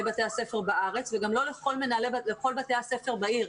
בתי הספר בארץ וגם לא לכל בתי הספר בעיר.